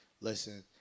Listen